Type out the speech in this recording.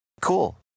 Cool